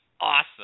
awesome